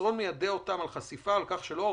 המסרון מיידע אותם על החשיפה ועל כך שלאור